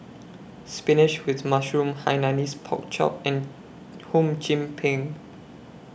Spinach with Mushroom Hainanese Pork Chop and Hum Chim Peng